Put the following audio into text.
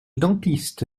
dentiste